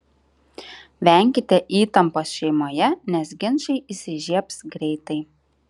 venkite įtampos šeimoje nes ginčai įsižiebs greitai